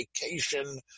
vacation